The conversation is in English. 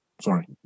sorry